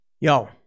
Yo